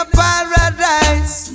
paradise